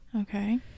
Okay